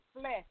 flesh